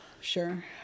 Sure